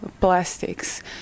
plastics